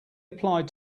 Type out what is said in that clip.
applied